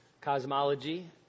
cosmology